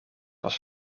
was